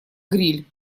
гриль